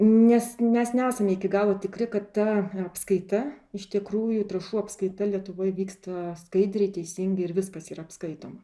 nes nes nesame iki galo tikri kad ta apskaita iš tikrųjų trąšų apskaita lietuvoj vyksta skaidriai teisingai ir viskas yra apskaitoma